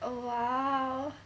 oh !wow!